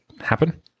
happen